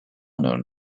known